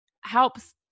helps